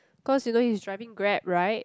cause you know he is driving grab right